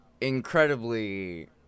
incredibly